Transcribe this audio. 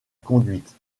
conduite